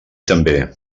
també